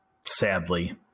Sadly